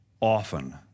often